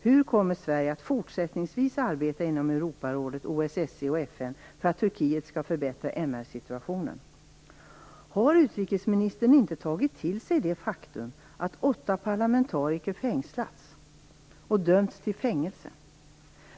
Hur kommer Sverige fortsättningsvis att arbeta inom Europarådet, OSSE och FN för att Turkiet skall förbättra MR-situationen? Har utrikesministern inte tagit till sig det faktum att åtta parlamentariker fängslats och dömts till fängelse?